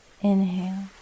inhale